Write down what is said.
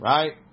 Right